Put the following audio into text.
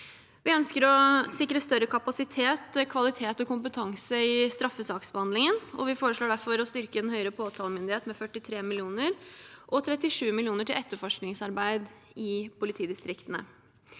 Vi ønsker å sikre større kapasitet, kvalitet og kompetanse i straffesaksbehandlingen, og vi foreslår derfor å styrke den høyere påtalemyndighet med 43 mill. kr, og 37 mill. kr til etterforskningsarbeid i politidistriktene.